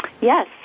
Yes